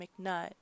McNutt